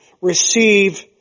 Receive